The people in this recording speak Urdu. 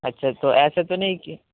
اچھا تو ایسا تو نہیں ہے کہ